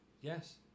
Yes